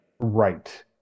right